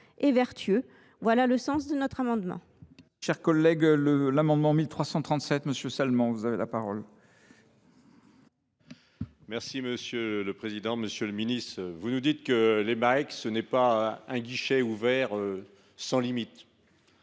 est le sens de notre amendement.